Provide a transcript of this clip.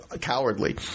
cowardly